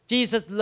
Jesus